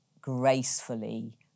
gracefully